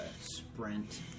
sprint